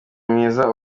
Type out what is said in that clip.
mwiza